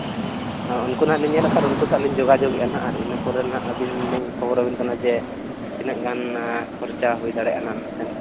ᱦᱚᱸ ᱩᱱᱠᱩ ᱦᱟᱸᱜ ᱞᱤᱧ ᱧᱮᱞ ᱮᱜ ᱠᱚᱣᱟ ᱩᱱᱠᱩ ᱥᱟᱜ ᱞᱤᱧ ᱡᱳᱜᱟᱡᱳᱜᱽ ᱮᱫᱟ ᱦᱟᱸᱜ ᱟᱨ ᱤᱱᱟᱹ ᱯᱚᱨᱮ ᱦᱟᱸᱜ ᱟᱹᱵᱤᱱ ᱞᱤᱧ ᱠᱷᱚᱵᱚᱨ ᱟᱹᱵᱤᱱ ᱠᱟᱱᱟ ᱡᱮ ᱛᱤᱱᱟᱹᱜ ᱜᱟᱱ ᱠᱷᱚᱨᱪᱟ ᱦᱩᱭ ᱫᱟᱲᱮᱭᱟᱜᱼᱟ ᱢᱮᱱᱛᱮ